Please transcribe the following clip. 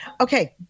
Okay